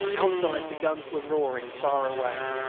outside the guns were roaring far away.